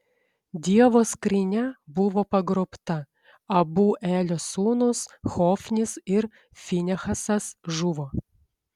dievo skrynia buvo pagrobta abu elio sūnūs hofnis ir finehasas žuvo